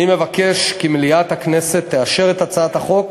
אני מבקש כי מליאת הכנסת תאשר את הצעת החוק